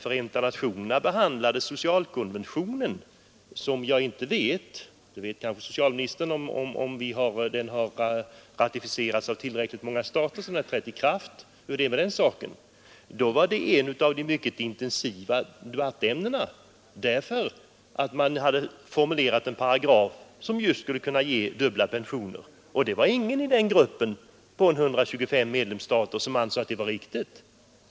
Förenta nationerna behandlade en social konvention, och jag vet inte nu — det kanske socialministern vet — om den ratificerats av tillräckligt många stater för att träda i kraft. Under behandlingen av denna konvention var ett av de intensiva debattämnena att man hade Nr 104 formulerat en paragraf som skulle kunna ge dubbla pensioner. Det var Tisdagen den ingen i gruppen på 125 medlemsstater som ansåg att det var riktigt.